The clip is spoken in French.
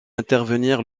intervenir